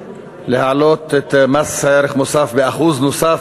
להעלות את מס ערך מוסף ב-1% נוסף,